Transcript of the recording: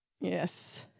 Yes